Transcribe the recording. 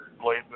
Blade